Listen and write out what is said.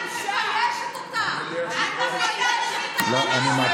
את כאישה, לא להפריע לנואם.